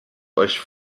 euch